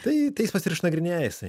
tai teismas ir išnagrinėja jisai